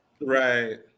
right